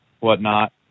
whatnot